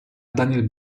daniel